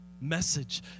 message